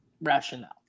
rationale